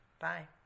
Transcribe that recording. Bye